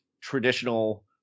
traditional